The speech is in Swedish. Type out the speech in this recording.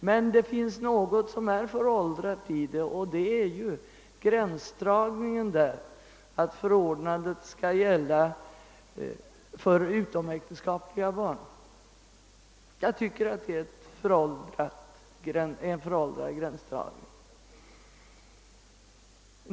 Men det finns något som är föråldrat i detta, och det är gränsdragningen, alltså att förordnandet gäller för utomäktenskapliga barn. Jag tycker att det är en föråldrad gränsdragning.